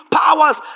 powers